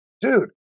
dude